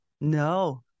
no